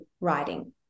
writing